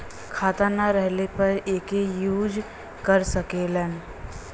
खाता ना रहले पर एके यूज कर सकेला